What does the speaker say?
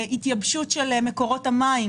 התייבשות של מקורות המים,